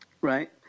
right